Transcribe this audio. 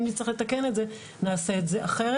אם נצטרך לתקן את זה, נעשה את זה אחרת.